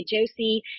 Josie